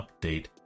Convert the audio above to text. update